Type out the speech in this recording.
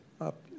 up